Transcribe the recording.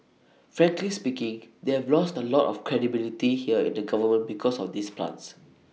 frankly speaking they have lost A lot of credibility here in the government because of these plants